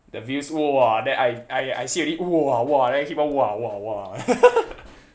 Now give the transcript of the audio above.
the views !wah! then I I see already !wah! !wah! then I keep on !wah! !wah! !wah!